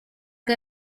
che